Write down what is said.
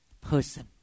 person